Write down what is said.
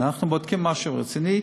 אנחנו בודקים משהו רציני.